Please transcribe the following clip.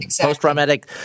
post-traumatic